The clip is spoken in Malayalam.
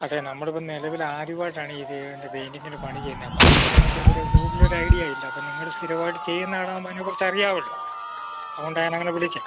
അതെ നമ്മൾ ഇപ്പം നിലവിൽ ആദ്യവമായിട്ടാണ് ഈ വീടിൻ്റെ പെയിൻറ്റിങ്ങിൻ്റെ പണി ചെയ്യുന്നത് അപ്പം നമുക്ക് അതിനെ കുറിച്ചൊരു കൂടുതൽ ഒരു ഐഡിയ ഇല്ല അപ്പം നിങ്ങൾ സ്ഥിരമായിട്ട് ചെയ്യുന്ന ആളാകുമ്പോൾ അതിനെക്കുറിച്ച് അറിയാമല്ലോ അത് കൊണ്ടാണ് ഞാൻ നിങ്ങളെ വിളിച്ചത്